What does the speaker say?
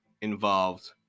involved